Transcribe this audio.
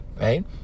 right